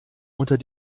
unter